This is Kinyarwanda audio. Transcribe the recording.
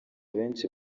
benshi